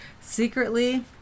Secretly